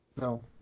no